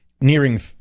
nearing